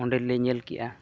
ᱚᱸᱰᱮ ᱞᱮ ᱧᱮᱞ ᱠᱮᱫᱼᱟ